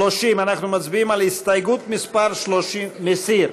30. אנחנו מצביעים על הסתייגות מס' 30. מסיר.